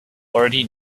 already